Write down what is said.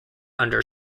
under